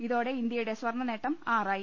ഇതോടെ ഇന്ത്യയുടെ സ്വർണനേട്ടം ആറായി